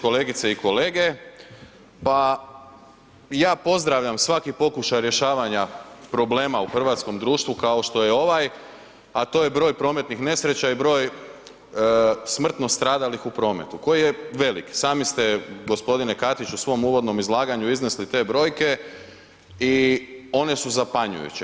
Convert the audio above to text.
Kolegice i kolege, pa ja pozdravljam svaki pokušaj rješavanja problema u hrvatskom društvu kao što je ovaj, a to je broj prometnih nesreća i broj smrtno stradalih u prometu koji je velik, sami ste g. Katiću u svom uvodnom izlaganju iznesli te brojke i one su zapanjujuće.